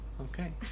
Okay